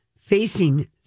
facing